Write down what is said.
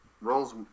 rolls